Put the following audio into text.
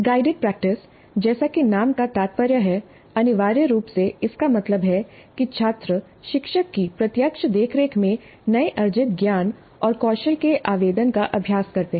guided practice जैसा कि नाम का तात्पर्य है अनिवार्य रूप से इसका मतलब है कि छात्र शिक्षक की प्रत्यक्ष देखरेख में नए अर्जित ज्ञान और कौशल के आवेदन का अभ्यास करते हैं